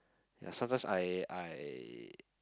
ya sometimes I I